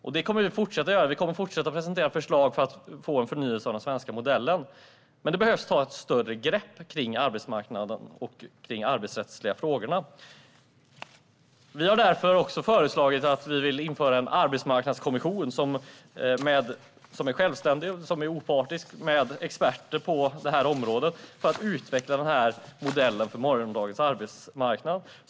Vi kommer att fortsätta att presentera förslag för att få en förnyelse av den svenska modellen, men det behöver tas ett större grepp kring arbetsmarknaden och de arbetsrättsliga frågorna. Vi har därför också sagt att vi vill införa en arbetsmarknadskommission som är självständig och opartisk, med experter på området, för att utveckla modellen för morgondagens arbetsmarknad.